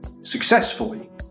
successfully